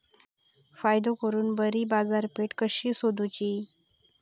फायदो करून बरी बाजारपेठ कशी सोदुची?